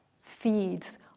feeds